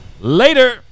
Later